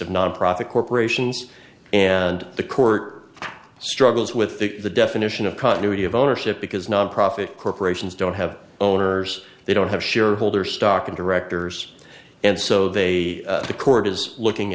of nonprofit corporations and the court struggles with the definition of continuity of ownership because nonprofit corporations don't have owners they don't have shareholders stock in directors and so they the court is looking